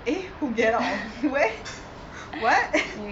eh who get out of where what